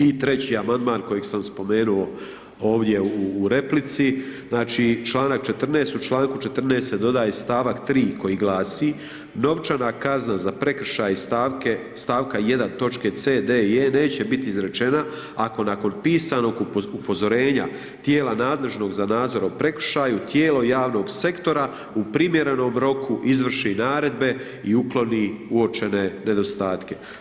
I treći amandman koji sam spomenuo ovdje u replici, znači u čl. 14. u čl. 14. se dodaje stavak 3 koji glasi, novčana kazna za prekršaj stavka 1 točke C, D, i E neće biti izrečena ako nakon pisanog upozorenja tijela nadležnog za nadzor o prekršaju tijelo javnog sektora, u primjernom roku, izvrši naredbe i ukloni uočene nedostatke.